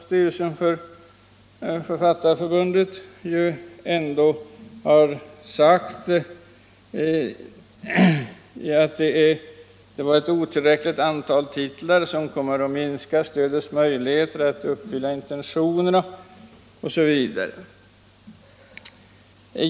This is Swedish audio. Styrelsen för Författarförbundet har ju ändå sagt om propositionen att det är ett otillräckligt antal titlar, som kommer att minska stödets möjligheter att uppfylla intentionerna, osv.